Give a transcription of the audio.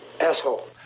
asshole